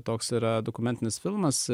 toks yra dokumentinis filmas